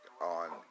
on